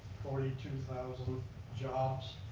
forty two thousand jobs,